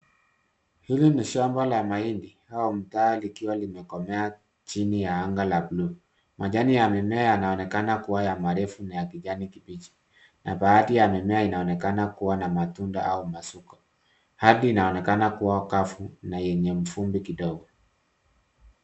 Hili ni shamba la mahindi au mtaa likiwa limekomea chini ya anga la bluu. Majani ya mimea yanaonekana kuwa ya marefu na ya kijani kibichi na baadhi ya mimea inaonekana kuwa na matunda au masuka. Ardhi inaonekana kuwa kavu na yenye mvumbi kidogo.